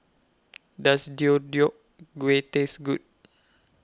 Does Deodeok Gui Taste Good